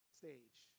stage